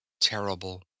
terrible